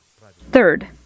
Third